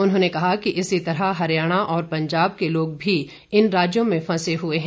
उन्होंने कहा कि इसी तरह हरियाणा और पंजाब के लोग भी इन राज्यों में फंसे हुए हैं